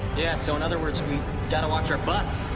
yeah so in other words we gotta watch our butts.